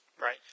Right